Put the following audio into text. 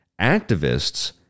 Activists